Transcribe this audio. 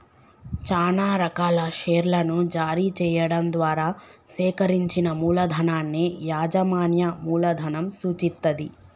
చానా రకాల షేర్లను జారీ చెయ్యడం ద్వారా సేకరించిన మూలధనాన్ని యాజమాన్య మూలధనం సూచిత్తది